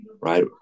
right